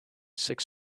six